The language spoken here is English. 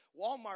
Walmart